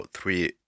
three